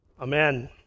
amen